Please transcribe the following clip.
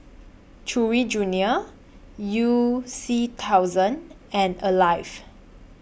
Chewy Junior YOU C thousand and Alive